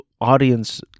audience